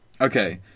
Okay